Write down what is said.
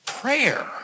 Prayer